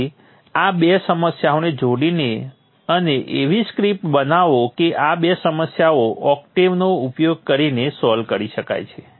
તેથી આ 2 સમસ્યાઓને જોડીને અને એવી સ્ક્રિપ્ટ બનાવો કે આ 2 સમસ્યાઓ octave નો ઉપયોગ કરીને સોલ્વ કરી શકાય છે